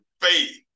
faith